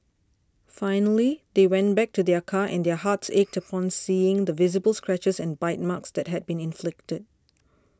finally they went back to their car and their hearts ached upon seeing the visible scratches and bite marks that had been inflicted